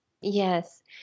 Yes